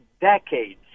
decades